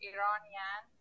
Iranian